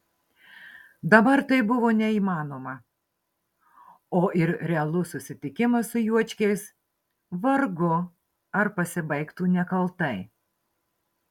dabar tai buvo neįmanoma o ir realus susitikimas su juočkiais vargu ar pasibaigtų nekaltai